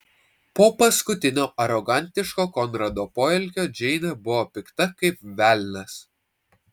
po paskutinio arogantiško konrado poelgio džeinė buvo pikta kaip velnias